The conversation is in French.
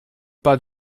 pas